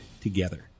together